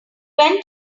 went